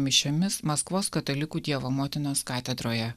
mišiomis maskvos katalikų dievo motinos katedroje